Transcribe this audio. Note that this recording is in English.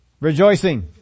rejoicing